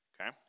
okay